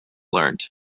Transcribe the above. learnt